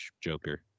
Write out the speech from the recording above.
Joker